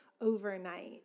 overnight